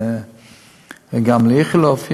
וגם עם איכילוב,